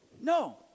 No